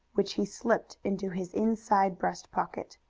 which he slipped into his inside breast pocket.